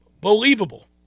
Believable